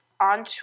on